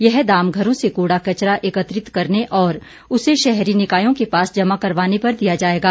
यह दाम घरों से कूड़ा कचरा एकत्रित करने और उसे शहरी निकायों के पास जमा करवाने पर दिया जाएगा